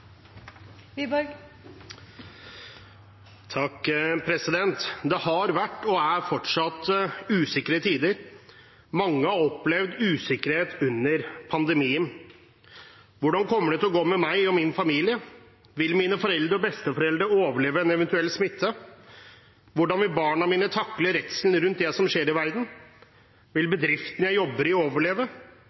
fortsatt usikre tider. Mange har opplevd usikkerhet under pandemien. Hvordan kommer det til å gå med meg og min familie? Vil mine foreldre og besteforeldre overleve en eventuell smitte? Hvordan vil barna mine takle redselen rundt det som skjer i verden? Vil bedriften jeg jobber i, overleve?